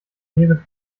merit